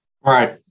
Right